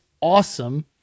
awesome